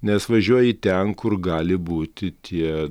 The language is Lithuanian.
nes važiuoji ten kur gali būti tie